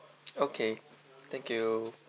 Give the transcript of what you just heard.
okay thank you